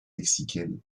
mexicaine